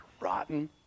rotten